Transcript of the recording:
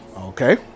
Okay